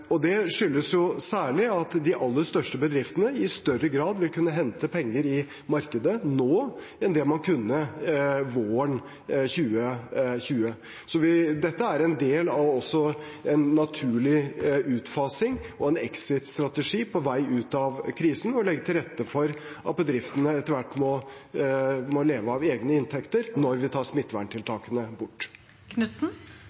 og nødvendig. Det skyldes jo særlig at de aller største bedriftene i større grad vil kunne hente penger i markedet nå enn det man kunne våren 2020. Så dette er også en del av en naturlig utfasing og en exit-strategi på vei ut av krisen – å legge til rette for at bedriftene etter hvert må leve av egne inntekter når vi tar